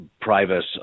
private